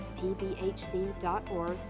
tbhc.org